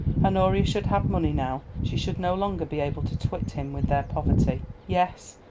honoria should have money now she should no longer be able to twit him with their poverty. yes,